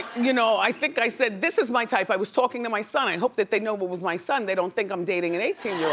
you know i think i said, this is my type. i was talking to my son. i hope that they know who but was my son. they don't think i'm dating an eighteen year